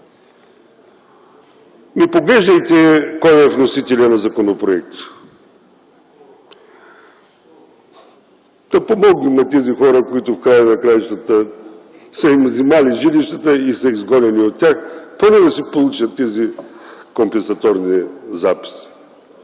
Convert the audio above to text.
не поглеждайте кой е вносителят на законопроекта! Да помогнем на тези хора, на които в края на краищата са иззети жилищата и са изгонени от тях, поне да си получат тези компенсаторни записи.